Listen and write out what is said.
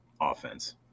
offense